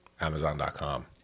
amazon.com